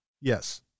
yes